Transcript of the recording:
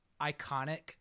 iconic